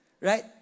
Right